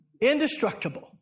indestructible